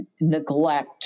neglect